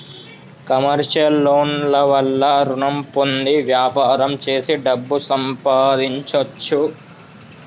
commercial loan ల వల్ల రుణం పొంది వ్యాపారం చేసి డబ్బు సంపాదించొచ్చు